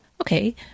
okay